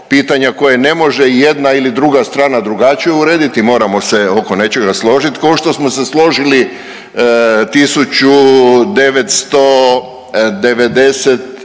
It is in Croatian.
pitanja koja ne može jedna ili druga strana drugačije urediti. Moramo se oko nečega složiti kao što smo se složiti 1998.